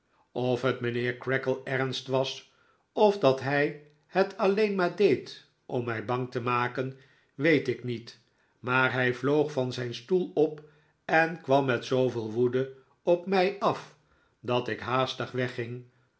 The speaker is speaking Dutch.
of het mijnheer creakle ernst was of dat hij het alleen maar deed om mij bang te maken weet ik niet maar hij vloog van zijn stoel op en kwam met zooveel woede op mij af dat ik haastig wegging